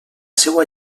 seua